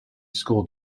school